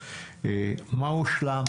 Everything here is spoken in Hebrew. מה הושלם,